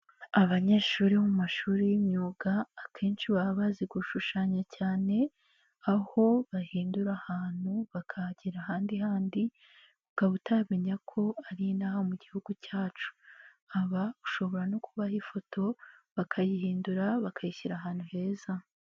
Abanyeshuri bo mu mashuri y'imyuga akenshi baba bazi gushushanya cyane, aho bahindura ahantu bakahagera ahandi handi ukaba utamenya ko ariaho mu gihugu cyacu, aba ushobora no kubahoha ifoto bakayihindura bakayishyira ahantu heza.